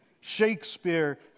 Shakespeare